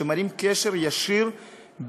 שמראים שיש קשר ישיר בין